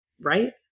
right